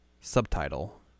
subtitle